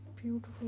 Beautiful